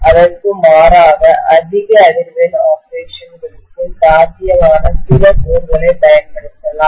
அதற்கு மாறாக அதிக அதிர்வெண் ஆப்பரேஷன்களுக்கு சாத்தியமான சில கோர்களைப் பயன்படுத்தலாம்